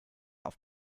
auf